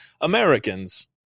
americans